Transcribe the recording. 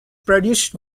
produced